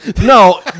No